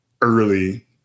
early